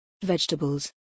vegetables